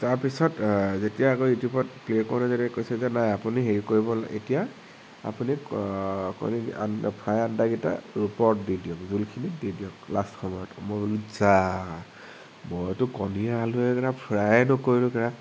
তাৰপিছত যেতিয়া আকৌ ইউটিউবত প্লে কৰা কৈছে যে নাই আপুনি হেৰি কৰিব এতিয়া আপুনি কণী ফ্ৰাই আণ্ডাকেইটা ওপৰত দি দিয়ক জোলখিনিত দি দিয়ক লাষ্ট সময়ত মই বোলো যা মইতো কণীৱে আলুৱে ফ্ৰাইয়ে নকৰিলো